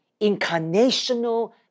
incarnational